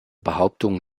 behauptungen